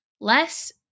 Less